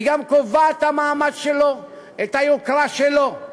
היא גם קובעת את המעמד שלו, את היוקרה שלו.